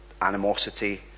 animosity